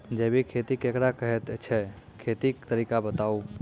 जैबिक खेती केकरा कहैत छै, खेतीक तरीका बताऊ?